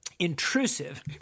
Intrusive